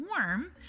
warm